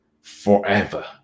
forever